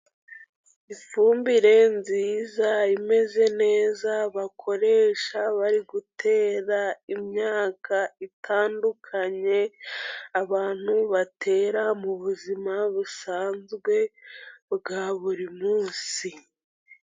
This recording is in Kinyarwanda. Ifumbire nziza imeze neza bakoresha bari gutera imyaka itandukanye, abantu batera mubuzima busanzwe bwa buri munsi.